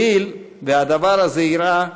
הואיל והדבר הזה אירע,